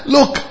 Look